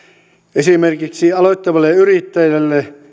esimerkiksi aloittavalle yrittäjälle